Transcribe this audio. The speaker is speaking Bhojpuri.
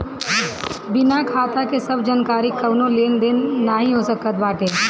बिना खाता के सब जानकरी के कवनो लेन देन नाइ हो सकत बाटे